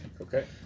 Okay